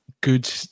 good